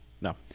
no